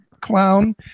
Clown